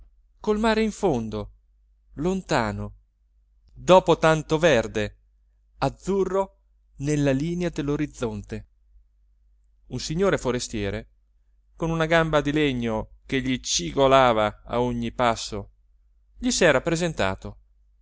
col mare in fondo lontano dopo tanto verde azzurro nella linea dell'orizzonte un signore forestiere con una gamba di legno che gli cigolava a ogni passo gli s'era